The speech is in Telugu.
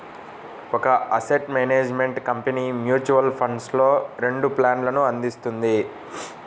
ఒక అసెట్ మేనేజ్మెంట్ కంపెనీ మ్యూచువల్ ఫండ్స్లో రెండు ప్లాన్లను అందిస్తుంది